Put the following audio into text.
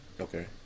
Okay